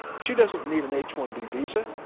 she doesn't need an h one b visa.